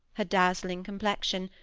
her dazzling complexion,